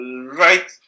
right